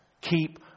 Keep